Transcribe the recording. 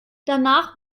danach